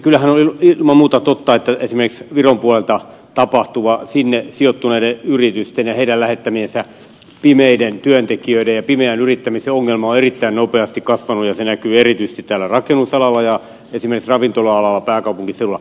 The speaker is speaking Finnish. kyllähän on ilman muuta totta että esimerkiksi viron puolelta tapahtuva sinne sijoittuneiden yritysten ja heidän lähettämiensä pimeiden työntekijöiden ja pimeän yrittämisen ongelma on erittäin nopeasti kasvanut ja se näkyy erityisesti täällä rakennusalalla ja esimerkiksi ravintola alalla pääkaupunkiseudulla